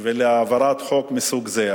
ולהעברת חוק מסוג זה.